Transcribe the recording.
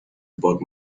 about